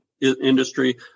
industry